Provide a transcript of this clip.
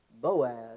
Boaz